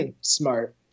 Smart